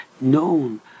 known